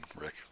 Rick